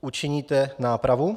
Učiníte nápravu?